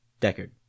Deckard